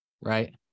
Right